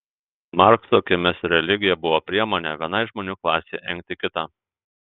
markso akimis religija buvo priemonė vienai žmonių klasei engti kitą